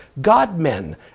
God-men